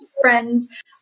friends